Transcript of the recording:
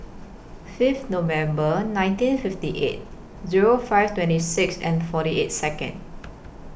Fifth November nineteen fifty eight Zero five twenty six and forty eight Second